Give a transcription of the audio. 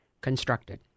constructed